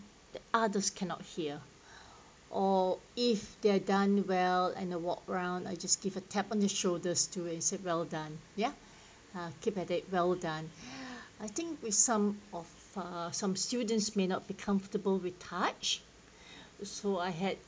the others cannot hear or if they are done well and the walk round I just give a tap on the shoulders to and said well done ya keep at it well done I think with some of some students may not be comfortable with touch so I had